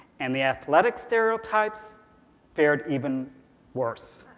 and the athletic stereotypes faired even worse.